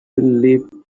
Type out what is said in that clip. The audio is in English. leave